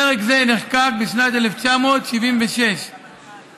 פרק זה נחקק בשנת 1976